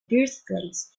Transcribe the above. birthplace